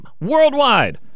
Worldwide